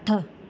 अठ